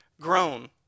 grown